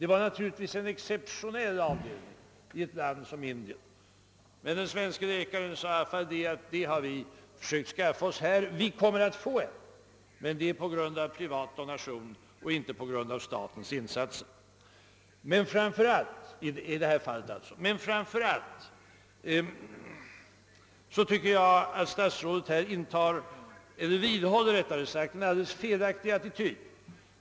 Det var naturligtvis en exceptionell avdelning i ett land som Indien, men den svenske läkaren sade: Det har vi försökt skaffa oss. Vi kommer att få det, men det sker tack vare en privat donation och inte genom någon insats från statens sida. Framför allt tycker jag emellertid att statsrådet i dessa saker vidhåller en alldeles felaktig attityd.